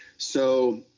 so